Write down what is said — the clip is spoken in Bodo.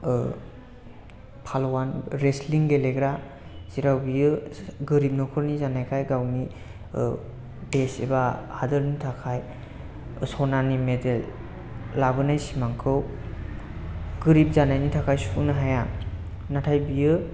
फालवान रेस्तलिं गेलेग्रा जेराव बियो गोरिब नखरनि जानायखाय गावनि देश एबा हादरनि थाखाय सनानि मेडेल लाबोनाय सिमांखौ गोरिब जानायनि थाखाय सुफुंनो हाया नाथाय बियो